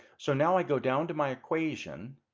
so now i go down to my equation